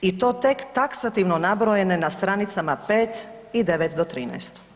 I to tek taksativno nabrojene na stranicama 5 i 9 do 13.